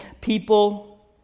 people